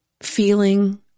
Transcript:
feeling